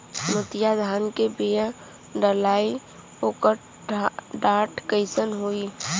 मोतिया धान क बिया डलाईत ओकर डाठ कइसन होइ?